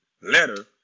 letter